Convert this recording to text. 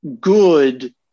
good